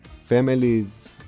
families